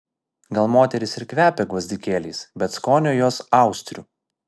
gal moterys ir kvepia gvazdikėliais bet skonio jos austrių